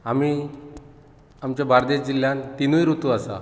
आमी आमच्या बार्देस जिल्ल्यांत तीनूय रुतू आसात